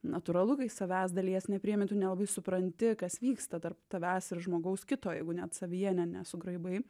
natūralu kai savęs dalies nepriimi tu nelabai supranti kas vyksta tarp tavęs ir žmogaus kito jeigu net savyje ne nesugraibai